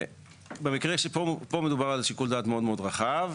פה מדובר על שיקול דעת מאוד מאוד רחב.